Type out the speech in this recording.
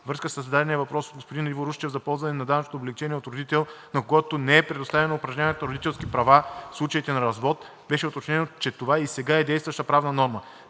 връзка със зададения въпрос от Иво Русчев за ползване на данъчното облекчение от родител, на когото не е предоставено упражняването на родителски права в случаите на развод, беше уточнено, че това и сега е действаща правна норма.